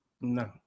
No